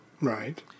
Right